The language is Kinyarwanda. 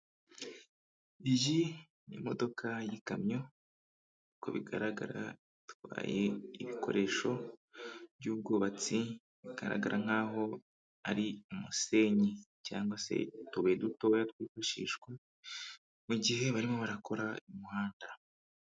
Iyi ni imodoka y'ikamyo uko bigaragara itwaye ibikoresho by'ubwubatsi bigaragara nk'aho ari umusenyi, cyangwa se utubuye dutoya twifashishwa mu gihe barimo barakora umuhanda.